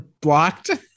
blocked